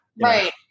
right